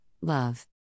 love